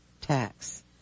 tax